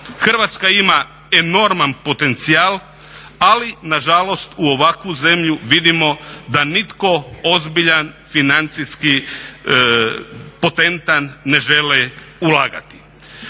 Hrvatska ima enorman potencijal ali na žalost u ovakvu zemlju vidimo da nitko ozbiljan financijski potentan ne želi ulagati.